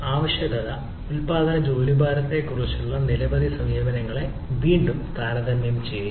ആവശ്യകത ഉൽപാദന ജോലിഭാരത്തെക്കുറിച്ചുള്ള നിലവിലുള്ള സമീപനങ്ങളെ വീണ്ടും താരതമ്യം ചെയ്യുക